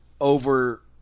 over